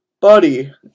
Buddy